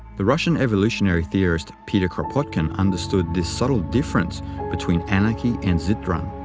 the russian evolutionary theorist peter kropotkin understood this subtle difference between anarchy and so